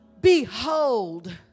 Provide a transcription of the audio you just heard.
behold